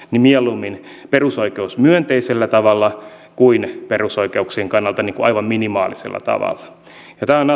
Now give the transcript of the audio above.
mieluummin perusoikeus myönteisellä tavalla kuin perusoikeuksien kannalta aivan minimaalisella tavalla tämä on